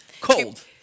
Cold